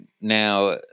now